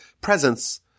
presence